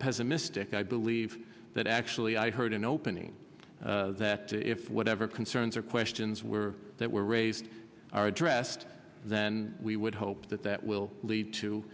pessimistic i believe that actually i heard an opening that if whatever concerns or questions were that were raised are addressed then we would hope that that will lead to